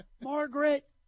Margaret